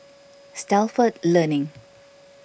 Stalford Learning